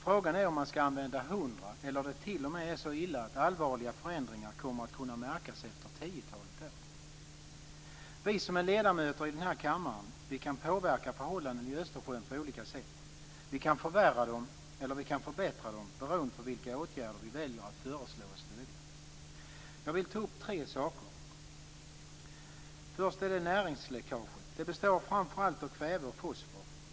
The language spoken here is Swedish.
Frågan är om man ska använda 100 år, eller om det t.o.m. är så illa att allvarliga förändringar kommer att kunna märkas efter tiotalet år. Vi som är ledamöter i denna kammare kan påverka förhållandena i Östersjön på olika sätt. Vi kan förvärra dem eller förbättra dem beroende på vilka åtgärder vi väljer att föreslå och stödja. Jag vill ta upp tre saker. Först är det näringsläckaget. Det består framför allt av kväve och fosfor.